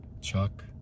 Chuck